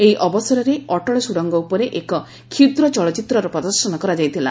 ଏହି ଅବସରରେ ଅଟଳ ସୁଡ଼ଙ୍ଗ ଉପରେ କ୍ଷୁଦ୍ର ଚଳଚ୍ଚିତ୍ରର ପ୍ରଦର୍ଶନ କରାଯାଇଥିଲା